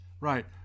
Right